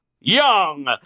young